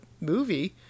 movie